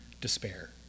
despair